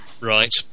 Right